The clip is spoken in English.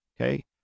okay